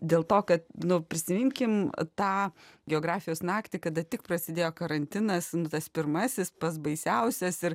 dėl to kad nu prisiminkim tą geografijos naktį kada tik prasidėjo karantinas tas pirmasis pats baisiausias ir